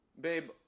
Babe